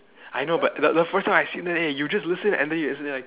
I know but but but the first time I've seen eh you just listen and then you